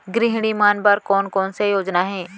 गृहिणी मन बर कोन कोन से योजना हे?